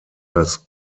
das